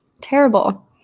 Terrible